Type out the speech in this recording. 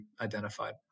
identified